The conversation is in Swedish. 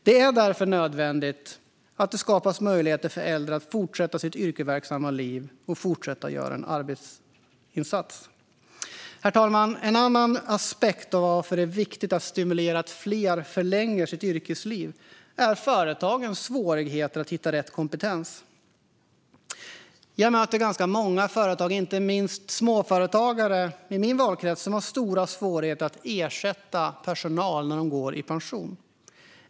Det är därför nödvändigt att det skapas möjligheter för äldre att fortsätta sitt yrkesverksamma liv och fortsätta göra en arbetsinsats. Herr talman! En annan aspekt av att det är viktigt att stimulera att fler förlänger sitt yrkesliv är företagens svårigheter att hitta rätt kompetens. Jag möter ganska många företagare, inte minst småföretagare i min valkrets, som har stora svårigheter att ersätta personal som går i pension.